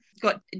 got